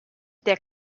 der